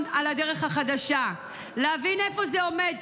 על "הדרך החדשה" להבין איפה זה עומד,